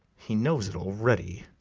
he knows it already.